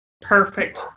perfect